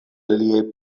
liaj